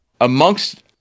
amongst